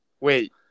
wait